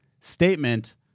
statement